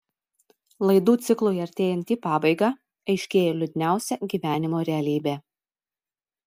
laidų ciklui artėjant į pabaigą aiškėja liūdniausia gyvenimo realybė